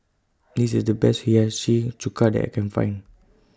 This IS The Best Hiyashi Chuka that I Can Find